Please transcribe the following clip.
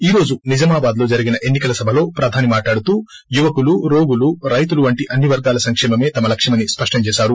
ఈ రోజు నిజామాబాద్ లో జరిగిన ఎన్ని కల సభలో ప్రదాని మాట్లాడుతూ యువకులు రోగులు రైతులు వంటి అన్ని వర్గాల సంకేమమే తమ లక్కుమని సృష్టం చేసారు